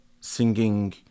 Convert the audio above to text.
singing